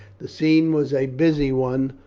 the scene was a busy one.